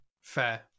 Fair